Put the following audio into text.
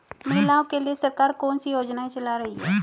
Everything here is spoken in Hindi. महिलाओं के लिए सरकार कौन सी योजनाएं चला रही है?